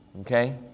okay